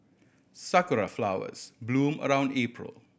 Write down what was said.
sakura flowers bloom around April